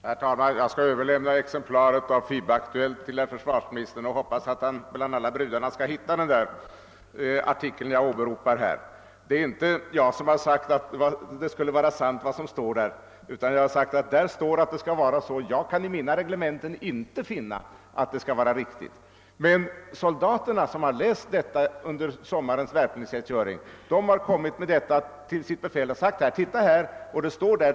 Herr talman! Jag skall överlämna ett exemplar av FiB-Aktuellt till herr försvarsministern — jag hoppas att han bland brudarna där skall hitta den artikel jag åberopar. Det är inte jag som har påstått att allt som står där skulle vara sant, utan vad jag har sagt är att där står att det skall vara så; jag kan däremot i mina reglementen inte finna att det skulle vara riktigt. Men soldaterna som har läst detta under sommarens värnpliktstjänstgöring har kommit till sitt befäl och sagt: Titta vad som står här!